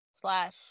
slash